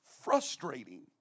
frustrating